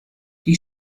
die